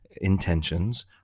intentions